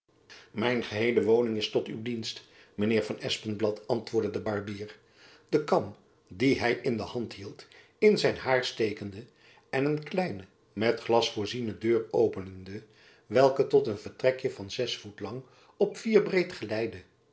mijn geheele woning is tot uwe dienst mijn heer van espenblad antwoordde de barbier den kam dien hy in de hand hield in zijn hair stekende en een kleine met glas voorziene deur openende welke tot een vertrekjen van zes voet lang op vier breed